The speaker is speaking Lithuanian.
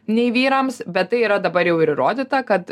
nei vyrams bet tai yra dabar jau ir įrodyta kad